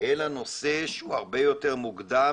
אלא נושא שהוא הרבה יותר מוקדם,